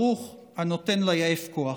ברוך הנותן ליעף כוח.